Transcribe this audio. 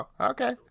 Okay